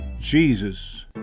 Jesus